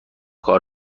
کار